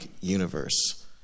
universe